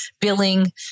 billing